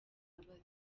imbabazi